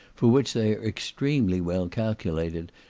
for which they are extremely well calculated,